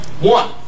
One